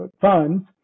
funds